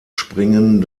springen